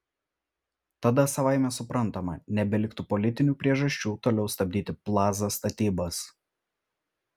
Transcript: tada savaime suprantama nebeliktų politinių priežasčių toliau stabdyti plaza statybas